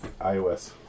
iOS